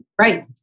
Right